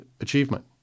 achievement